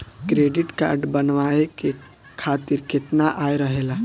Credit card बनवाए के खातिर केतना आय रहेला?